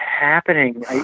happening